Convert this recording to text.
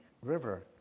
River